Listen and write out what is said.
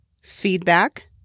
Feedback